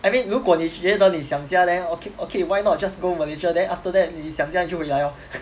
I mean 如过你觉得你想家 then okay okay why not just go malaysia then after that 你想家你就回来 lor